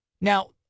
Now